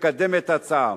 שתקדם את ההצעה.